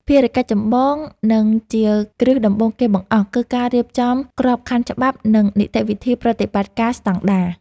ភារកិច្ចចម្បង និងជាគ្រឹះដំបូងគេបង្អស់ គឺការរៀបចំក្របខណ្ឌច្បាប់ និងនីតិវិធីប្រតិបត្តិស្តង់ដារ។